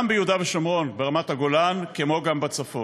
גם ביהודה ושומרון, ברמת-הגולן, וגם בצפון.